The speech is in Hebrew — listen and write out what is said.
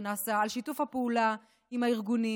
על שיתוף הפעולה עם הארגונים,